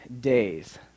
days